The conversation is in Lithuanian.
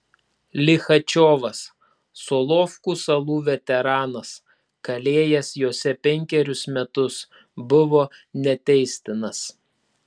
lichačiovas solovkų salų veteranas kalėjęs jose penkerius metus buvo neteistinas